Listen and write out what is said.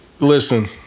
Listen